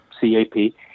C-A-P